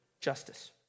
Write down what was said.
justice